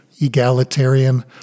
egalitarian